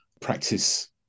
practice